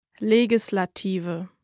Legislative